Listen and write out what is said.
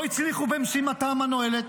לא הצליחו במשימתם הנואלת,